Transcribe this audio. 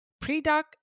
pre-doc